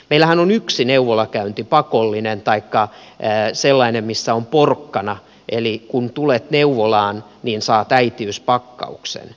meillähän on yksi neuvolakäynti pakollinen taikka sellainen missä on porkkana eli kun tulet neuvolaan saat äitiyspakkauksen